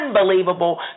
unbelievable